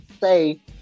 say